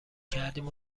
کردیم